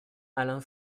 alain